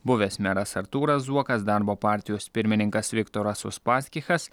buvęs meras artūras zuokas darbo partijos pirmininkas viktoras uspaskichas